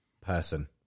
person